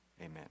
amen